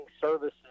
services